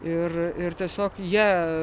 ir ir tiesiog jie